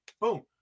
boom